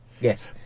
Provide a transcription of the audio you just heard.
Yes